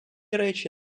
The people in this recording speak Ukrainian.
речі